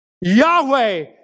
Yahweh